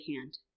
hand